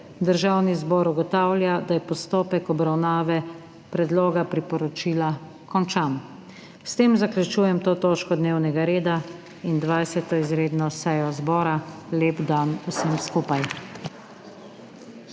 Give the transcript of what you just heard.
Državni zbor ugotavljam, da je postopek obravnave predloga priporočila končan. S tem zaključujem to točko dnevnega reda in 20. izredno sejo zbora. Lep dan vsem skupaj.